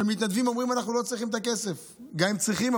שהמתנדבים אומרים "אנחנו לא צריכים את הכסף" גם אם כן צריכים,